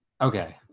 Okay